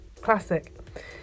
classic